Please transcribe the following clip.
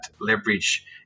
leverage